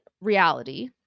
reality